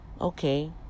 Okay